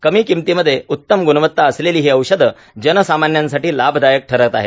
कमी किमतीमध्ये उत्तम गुणवत्ता असलेली ही औषधं जनसामान्यांसाठी लाभदायक ठरत आहेत